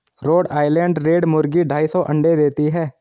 road Island Red मुर्गी ढाई सौ अंडे देती है